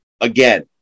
Again